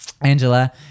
Angela